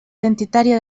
identitària